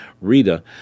Rita